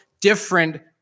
different